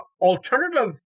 alternative